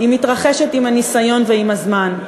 היא מתרחשת עם הניסיון ועם הזמן.